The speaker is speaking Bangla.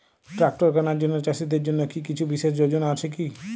ট্রাক্টর কেনার জন্য চাষীদের জন্য কী কিছু বিশেষ যোজনা আছে কি?